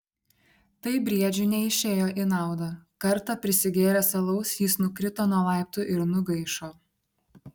tai briedžiui neišėjo į naudą kartą prisigėręs alaus jis nukrito nuo laiptų ir nugaišo